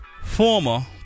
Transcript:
former